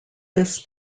this